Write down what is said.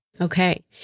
Okay